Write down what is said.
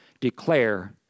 declare